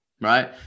Right